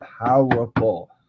powerful